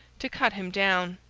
to cut him down.